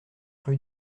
rue